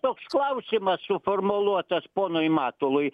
toks klausimas suformuluotas ponui matului